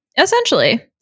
Essentially